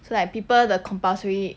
so like people the compulsory